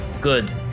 Good